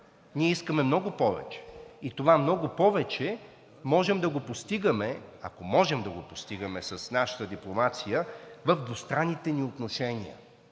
ние искаме много повече и това много повече можем да го постигаме, ако можем да го постигаме с нашата дипломация в двустранните ни отношения,